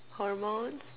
hormones